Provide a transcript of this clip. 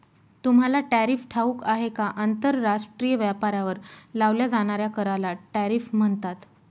तुम्हाला टॅरिफ ठाऊक आहे का? आंतरराष्ट्रीय व्यापारावर लावल्या जाणाऱ्या कराला टॅरिफ म्हणतात